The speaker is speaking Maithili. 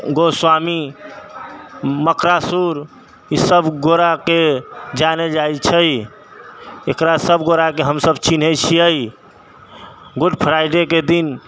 गोस्वामी मकासुर इसब गोराके जानै जाइ छै एकरा सब गोराके हमसब चिन्है छियै गुडफ्राइडेके दिन